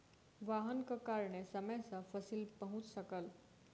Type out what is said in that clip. वाहनक कारणेँ समय सॅ फसिल पहुँच सकल